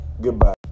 Goodbye